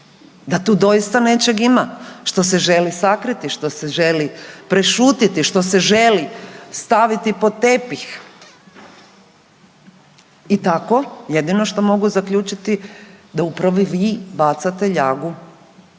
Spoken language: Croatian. da tu doista nečega ima što se želi sakriti, što se želi prešutjeti, što se želi staviti pod tepih. I tako jedino što mogu zaključiti da upravo vi bacate ljagu